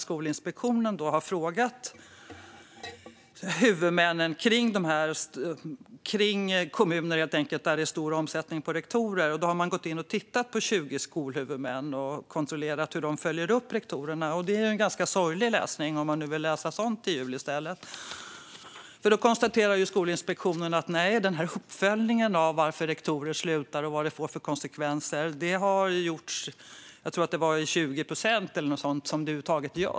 Skolinspektionen har gått in och tittat på 20 skolhuvudmän, alltså kommuner, där det är stor omsättning på rektorer och kontrollerat hur man följer upp rektorerna. Det är en ganska sorglig läsning, om man i stället vill läsa sådant i jul. Skolinspektionen konstaterar nämligen att en uppföljning av varför rektorer slutar och vad det får för konsekvenser har gjorts i 20 procent av fallen.